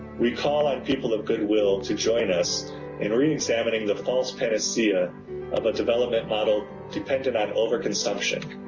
we call on people of good will to join us in re-examining the false panacea of a development model dependent on over-consumption.